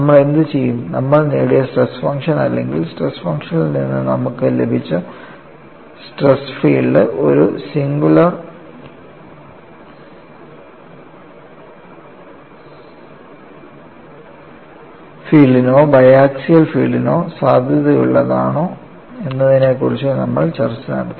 നമ്മൾ എന്തുചെയ്യും നമ്മൾ നേടിയ സ്ട്രെസ് ഫംഗ്ഷൻ അല്ലെങ്കിൽ സ്ട്രെസ് ഫംഗ്ഷനിൽ നിന്ന് നമ്മൾക്ക് ലഭിച്ച സ്ട്രെസ് ഫീൽഡ് ഒരു ഏകീകൃത ഫീൽഡിനോ ബയാക്സിയൽ ഫീൽഡിനോ സാധുതയുള്ളതാണോ എന്നതിനെക്കുറിച്ച് നമ്മൾ കുറച്ച് ചർച്ച നടത്തി